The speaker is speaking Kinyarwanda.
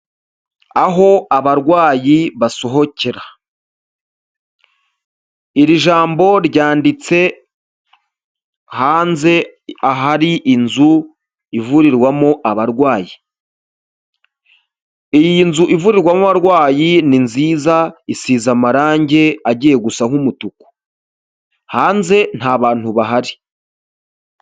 Aho abarwayi basohokera, iri jambo ryanditse hanze ahari inzu ivurirwamo abarwayi, iyi nzu ivurirwamo abarwayi ni nziza, isize amarange agiye gusa nk'umutuku, hanze nta bantu bahari.